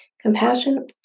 Compassion